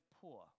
poor